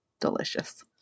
delicious